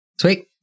sweet